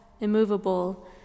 immovable